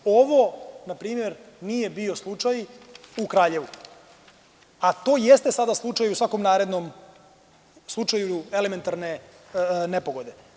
Ovo, npr. nije bio slučaj u Kraljevu, a to jeste sada slučaj u svakom narednom slučaju elementarne nepogode.